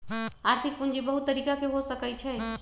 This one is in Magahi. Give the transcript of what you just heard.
आर्थिक पूजी बहुत तरिका के हो सकइ छइ